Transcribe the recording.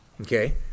Okay